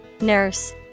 Nurse